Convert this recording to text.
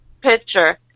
picture